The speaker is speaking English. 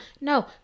No